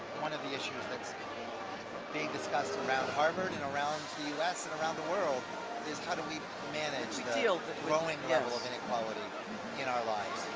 one of the issues that's being discussed around harvard and around the us and around the world is how do we manage the ah the growing level of inequality in our lives?